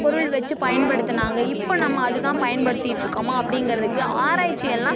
பொருள் வச்சு பயன்படுத்துனாங்க இப்போ நம்ம அதுதான் பயன்படுத்திக்கிட்டுருக்கோமா அப்படிங்கறதுக்கு ஆராய்ச்சி எல்லாம்